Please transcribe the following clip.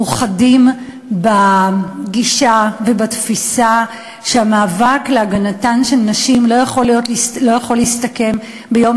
מאוחדים בגישה ובתפיסה שהמאבק להגנתן של נשים לא יכול להסתכם ביום